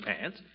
pants